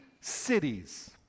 cities